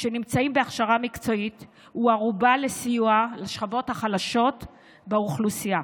שנמצאים בהכשרה מקצועית הוא ערובה לסיוע לשכבות החלשות באוכלוסייה.